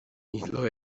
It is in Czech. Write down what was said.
jídlo